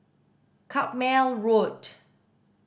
Carpmael Road